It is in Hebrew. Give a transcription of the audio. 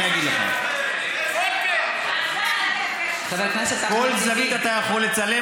אני אגיד לך באיזה זווית מותר לצלם.